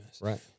Right